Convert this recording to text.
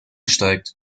steigt